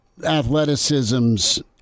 Athleticism's